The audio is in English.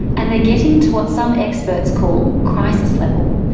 and they're getting to what some experts call crisis level.